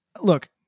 look